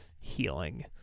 healing